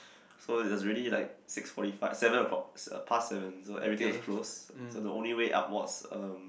so it's already like six forty five seven o-clock past seven so everything was closed so the only way up was um